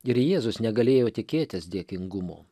ir jėzus negalėjo tikėtis dėkingumo